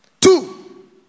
Two